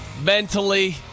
Mentally